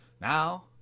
Now